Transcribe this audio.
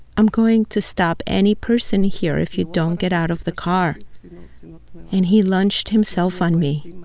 i'm going to stop any person here if you don't get out of the car and he lunged himself on me.